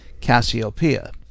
Cassiopeia